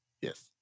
Yes